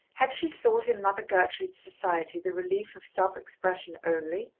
had she sought in mother gertrude's society the relief of self-expression only,